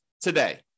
today